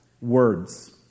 words